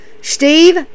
Steve